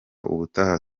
ubutaha